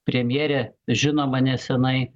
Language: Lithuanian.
premjerė žinoma nesenai